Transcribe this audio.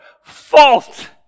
fault